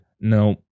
no